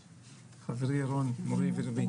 חברי ירון, מורי ורבי.